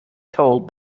told